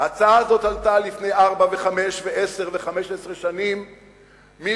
ההצעה הזאת עלתה לפני ארבע וחמש ועשר ו-15 שנים מבלי